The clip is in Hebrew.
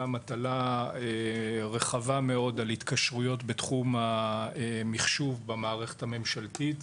מטלה רחבה מאוד על התקשרויות בתחום המחשוב במערכת הממשלתית.